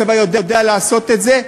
הצבא יודע לעשות את זה,